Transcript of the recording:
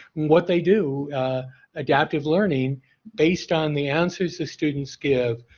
what they do adaptive learning based on the answers the students give,